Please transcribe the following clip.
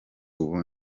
ubu